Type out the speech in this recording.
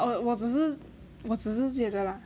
err 我只是我只是记得 lah